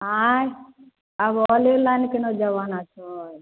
आएँ आब ऑनेलाइनके ने जबाना छै यौ